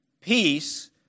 Peace